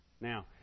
Now